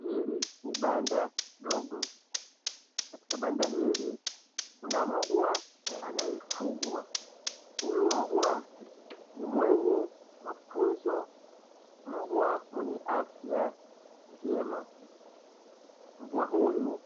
Hili ni banda dogo. Katika banda ili kuna mbwa anayefugwa. Huyu mbwa ni mwenye mafunzo, mbwa mwenye afya njema. Mbwa huyu